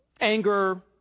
anger